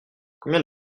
combien